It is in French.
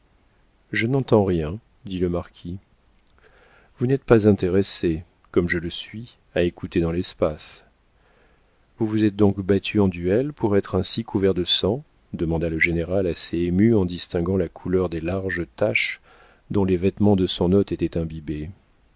je n'entends rien dit le marquis vous n'êtes pas intéressé comme je le suis à écouter dans l'espace vous vous êtes donc battu en duel pour être ainsi couvert de sang demanda le général assez ému en distinguant la couleur des larges taches dont les vêtements de son hôte étaient imbibés